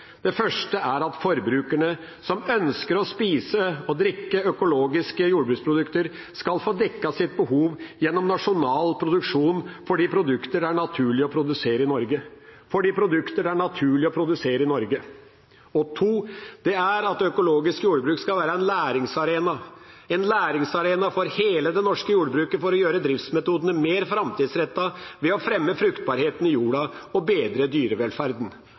første er at forbrukerne som ønsker å spise og drikke økologiske jordbruksprodukter, skal få dekket sitt behov gjennom nasjonal produksjon for de produkter det er naturlig å produsere i Norge. Den andre er at økologisk jordbruk skal være en læringsarena for hele det norske jordbruket for å gjøre driftsmetodene mer framtidsrettet ved å fremme fruktbarheten i jorden og bedre dyrevelferden.